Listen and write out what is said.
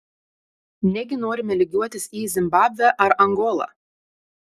negi norime lygiuotis į zimbabvę ar angolą